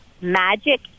Magic